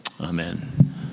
Amen